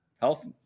health